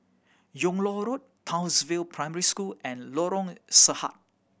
Yung Loh Road Townsville Primary School and Lorong Sarhad